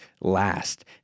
last